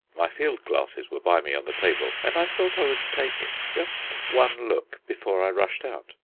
my field-glasses were by me on the table, and i thought i would take just one look before i rushed out.